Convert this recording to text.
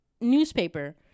newspaper